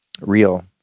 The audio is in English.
real